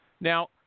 Now